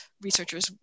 researchers